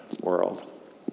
world